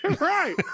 right